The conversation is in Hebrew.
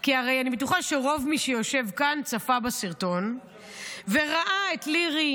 כי הרי אני בטוחה שרוב מי שיושבים כאן צפו בסרטון וראו את לירי,